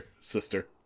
sister